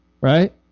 right